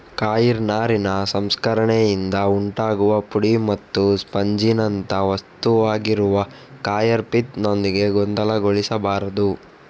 coir ನಾರಿನ ಸಂಸ್ಕರಣೆಯಿಂದ ಉಂಟಾಗುವ ಪುಡಿ ಮತ್ತು ಸ್ಪಂಜಿನಂಥ ವಸ್ತುವಾಗಿರುವ ಕಾಯರ್ ಪಿತ್ ನೊಂದಿಗೆ ಗೊಂದಲಗೊಳಿಸಬಾರದು